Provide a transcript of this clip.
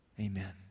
amen